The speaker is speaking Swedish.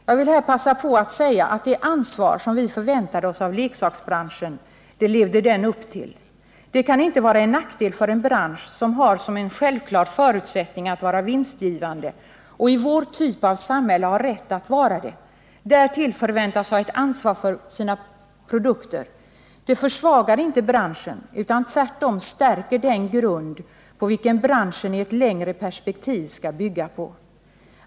Jag vill passa på att säga att det ansvar som vi förväntade oss av leksaksbranschen levde den upp till. Det kan inte vara en nackdel att en bransch som har som en självklar förutsättning att vara vinstgivande, och i vår typ av samhälle har rätt att vara det, därtill förväntas ha ett ansvar för sina produkter. Det försvagar inte branschen, utan stärker tvärtom den grund som branschen i ett längre perspektiv skall bygga på.